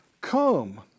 come